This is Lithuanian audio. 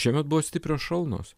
šiemet buvo stiprios šalnos